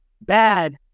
bad